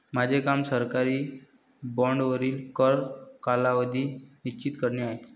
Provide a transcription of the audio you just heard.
माझे काम सरकारी बाँडवरील कर कालावधी निश्चित करणे आहे